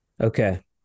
Okay